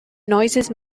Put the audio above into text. noises